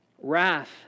Wrath